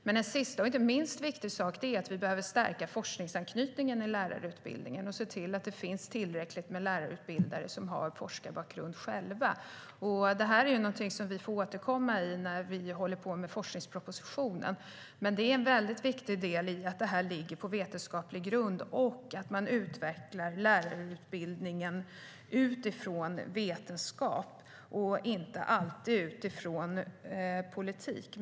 En sista och inte minst viktig sak är att vi behöver stärka forskningsanknytningen i lärarutbildningen och se till att det finns tillräckligt många lärarutbildare som själva har forskarbakgrund. Det här är någonting som vi får återkomma till i arbetet med forskningspropositionen. Att det här ligger på en vetenskaplig grund är en viktig del så att man utvecklar lärarutbildningen utifrån vetenskap och inte alltid utifrån politik.